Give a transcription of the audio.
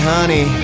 Honey